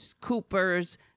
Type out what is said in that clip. Cooper's